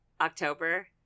October –